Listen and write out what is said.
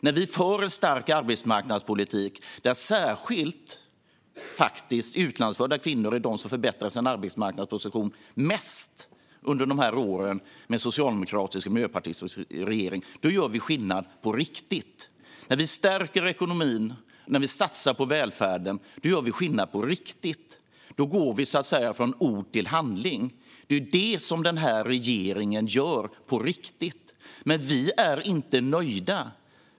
När vi för en stark arbetsmarknadspolitik där särskilt utlandsfödda kvinnor är de som mest förbättrar sin arbetsmarknadsposition under de här åren med socialdemokratisk och miljöpartistisk regering - då gör vi skillnad på riktigt. När vi stärker ekonomin och när vi satsar på välfärden gör vi skillnad på riktigt. Då går vi från ord till handling. Det är det som den här regeringen gör på riktigt. Men vi är inte nöjda.